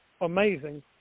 amazing